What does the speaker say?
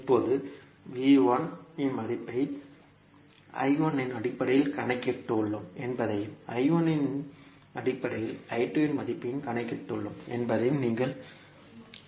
இப்போது இன் மதிப்பை இன் அடிப்படையில் கணக்கிட்டுள்ளோம் என்பதையும் இன் அடிப்படையில் இன் மதிப்பையும் கணக்கிட்டுள்ளோம் என்பதையும் நீங்கள் அறிவீர்கள்